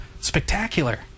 spectacular